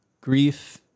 grief